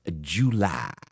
July